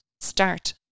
start